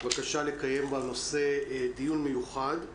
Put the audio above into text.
בבקשה לקיים בנושא דיון מיוחד,